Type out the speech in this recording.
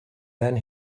then